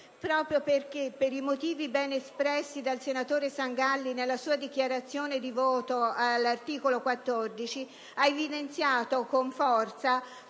Mi richiamo ai motivi ben espressi dal senatore Sangalli nella sua dichiarazione di voto sull'articolo 14, che hanno evidenziato con forza